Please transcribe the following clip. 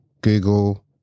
google